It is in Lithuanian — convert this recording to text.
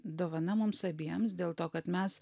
dovana mums abiems dėl to kad mes